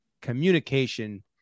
communication